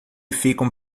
ficam